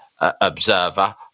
observer